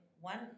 one